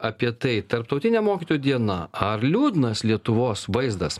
apie tai tarptautinė mokytojų diena ar liūdnas lietuvos vaizdas